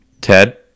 Ted